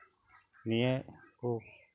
ᱱᱤᱭᱟᱹ ᱠᱚ